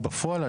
בפועל,